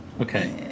Okay